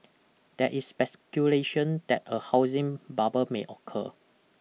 there is speculation that a housing bubble may occur